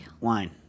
Wine